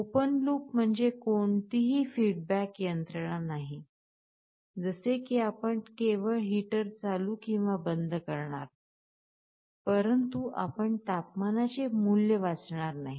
open loop म्हणजे कोणतीही feedback यंत्रणा नाही जसे की आपण केवळ हीटर चालू किंवा बंद करणार परंतु आपण तपमानाचे मूल्य वाचणार नाही